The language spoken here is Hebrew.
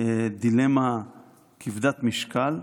דילמה כבדת משקל,